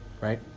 Right